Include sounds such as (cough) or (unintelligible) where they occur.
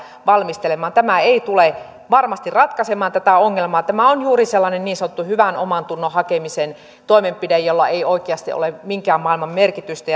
valmistelemaan tämä ei tule varmasti ratkaisemaan tätä ongelmaa tämä on juuri sellainen niin sanottu hyvän omantunnon hakemisen toimenpide jolla ei oikeasti ole minkään maailman merkitystä (unintelligible)